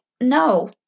no